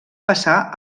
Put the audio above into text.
passar